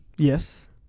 Yes